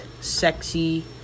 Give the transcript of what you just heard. Sexy